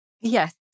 Yes